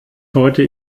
heute